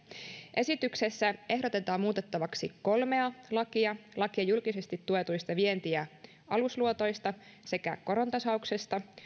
esityksessä ehdotetaan muutettavaksi kolmea lakia lakia julkisesti tuetuista vienti ja alusluotoista sekä korontasauksesta